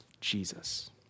Jesus